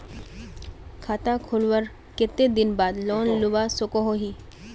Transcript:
खाता खोलवार कते दिन बाद लोन लुबा सकोहो ही?